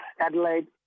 Adelaide